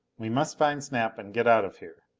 we must find snap and get out of here.